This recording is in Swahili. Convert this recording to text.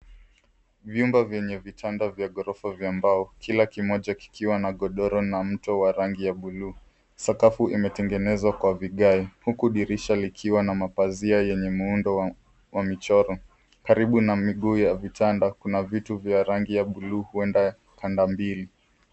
Vyumba vyenye vitanda vya gorofa vya mbao, kila kimoja kikiwa na godoro na mto wa rangi ya blue . Sakafu imetengenezwa kwa vigae huku dirisha likiwa na mapazia yenye muundo wa michoro. Karibu na miguu ya vitanda kuna vitu vya rangi ya [cs blue huenda kanda mbili.